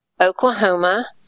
Oklahoma